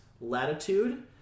latitude